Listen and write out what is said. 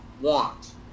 want